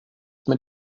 mit